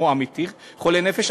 אם הוא באמת חולה נפש.